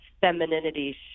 femininity